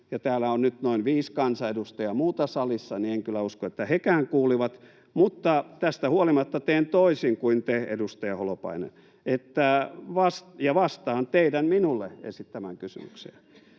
Täällä on nyt noin viisi muuta kansanedustajaa salissa, ja en kyllä usko, että hekään kuulivat, mutta tästä huolimatta teen toisin kuin te, edustaja Holopainen, ja vastaan teidän minulle esittämäänne kysymykseen.